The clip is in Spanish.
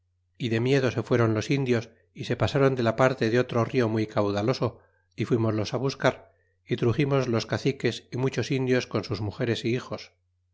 y de miedo se fueron los indios y se pasron de la parte de otro rio muy caudaloso y fuimoslos buscar y truximos los caciques y muchos indios con sus mugeres y hijos